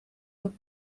und